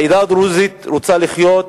העדה הדרוזית רוצה לחיות,